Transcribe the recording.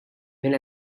minn